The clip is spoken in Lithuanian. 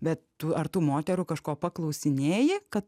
bet tu ar tų moterų kažko paklausinėji kad